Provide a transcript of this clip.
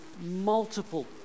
multiple